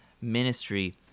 ministry